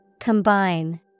Combine